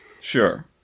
Sure